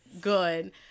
good